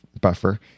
Buffer